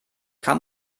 kann